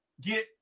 get